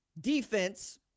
defense